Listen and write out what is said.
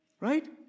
Right